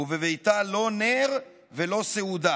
/ ובביתה לא נר ולא סעודה.